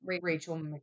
Rachel